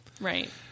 Right